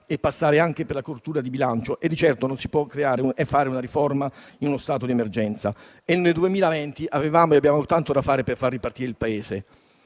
e passare anche per la correttura di bilancio; e di certo non si può fare una riforma in uno stato di emergenza. E nel 2020 avevamo e abbiamo soltanto da lavorare per far ripartire il Paese.